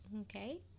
okay